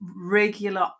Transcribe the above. regular